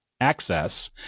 access